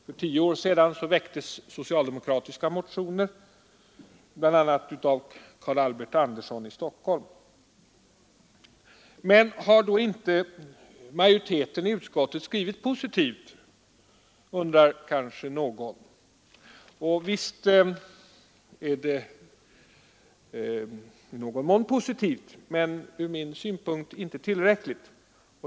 För tio år sedan väcktes socialdemokratiska motioner bl.a. av Carl Albert Anderson i Stockholm. Men har då inte majoriteten i utskottet utformat en positiv skrivning, undrar kanske någon. Visst är det i någon mån positivt, men ur min synpunkt inte tillräckligt.